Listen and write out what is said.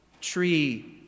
tree